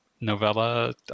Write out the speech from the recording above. novella